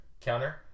counter